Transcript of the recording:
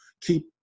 keep